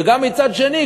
ומצד שני,